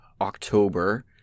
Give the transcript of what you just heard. October